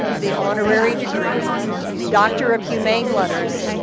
the honorary degree doctor of humane letters,